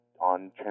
on